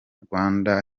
rwanda